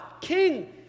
King